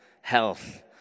health